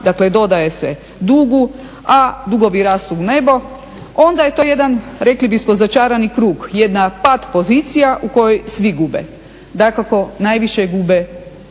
dakle dodaje se dugu a dugovi rastu u nebo. Onda je to jedan, rekli bismo začarani krug, jedna pat pozicija u kojoj svi gube, dakako najviše gube